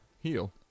heal